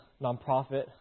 nonprofit